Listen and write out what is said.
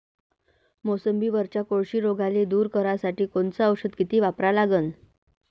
मोसंबीवरच्या कोळशी रोगाले दूर करासाठी कोनचं औषध किती वापरा लागन?